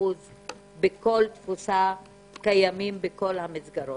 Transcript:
80% בכל תפוסה קיים בכל המסגרות?